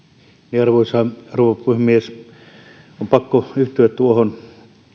arvoisa rouva puhemies on pakko yhtyä tuohon